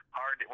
hard